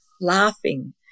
laughing